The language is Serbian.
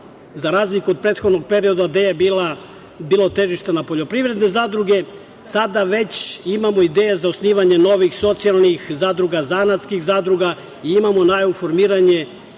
za razliku od prethodnog perioda gde je bilo težište na poljoprivrednim zadrugama, a sada već imamo ideje za osnivanje novih socijalnih zadruga, zanatskih zadruga. Imamo u najavi formiranje